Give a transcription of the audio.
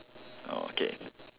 okay